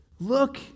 Look